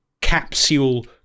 capsule